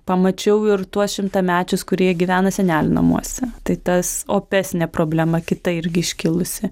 pamačiau ir tuos šimtamečius kurie gyvena senelių namuose tai tas opesnė problema kita irgi iškilusi